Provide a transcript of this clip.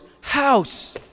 house